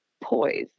poise